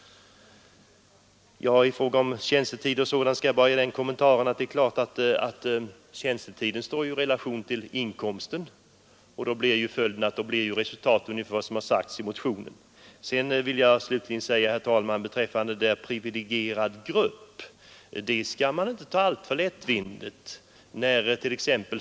I fråga om tjänstetiden kan jag bara göra den kommentaren att den står i relation till inkomsten. Då blir resultatet ungefär vad som sagts i motionen. Slutligen skall" man, herr talman, inte ta detta med privilegierad grupp alltför lättvindigt.